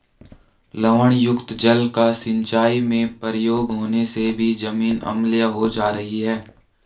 लवणयुक्त जल का सिंचाई में प्रयोग होने से भी जमीन अम्लीय हो जा रही है